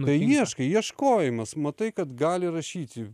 tai ieškai ieškojimas matai kad gali rašyti